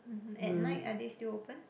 at night are they still open